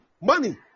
money